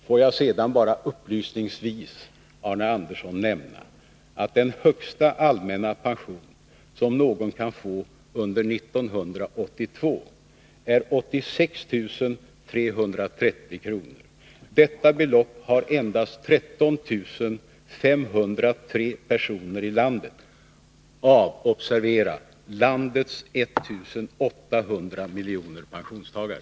Jag vill sedan bara upplysningsvis, Arne Andersson, nämna att den högsta allmänna pension som någon kan få under 1982 är 86 330 kr. Detta belopp gäller för endast 13 503 personer i landet av — observera — landets 1,8 miljoner pensionstagare.